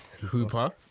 Hooper